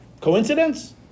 coincidence